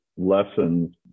lessons